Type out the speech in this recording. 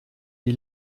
die